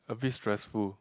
a bit stressful